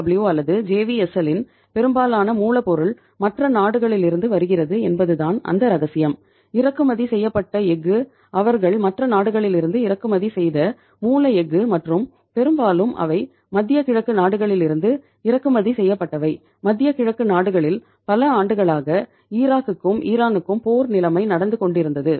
W போர் நிலைமை நடந்துகொண்டிருந்தது